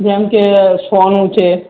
જેમ કે સોનુ છે